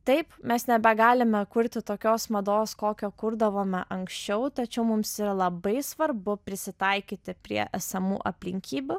taip mes nebegalime kurti tokios mados kokią kurdavome anksčiau tačiau mums yra labai svarbu prisitaikyti prie esamų aplinkybių